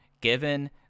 given